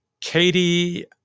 Katie